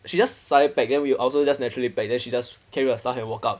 she just suddenly pack then we I also naturally pack then she just carry her stuff and walk up